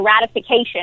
ratification